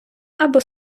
або